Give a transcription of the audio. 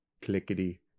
Clickety